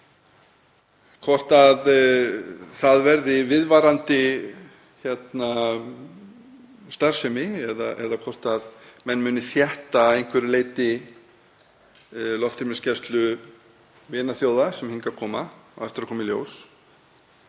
Hvort það verði viðvarandi starfsemi eða hvort menn munu þétta að einhverju leyti loftrýmisgæslu vinaþjóða sem hingað koma á eftir að koma í ljós.